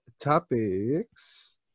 topics